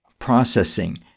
processing